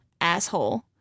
Asshole